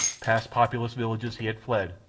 past populous villages he had fled.